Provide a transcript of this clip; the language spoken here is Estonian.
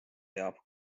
teab